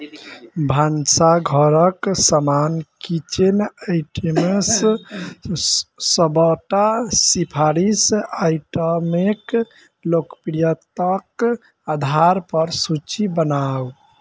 भनसाघरक समान kitchen items सबटा सिफारिश आइटमकेँ लोकप्रियताक आधार पर सूची बनाउ